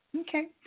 Okay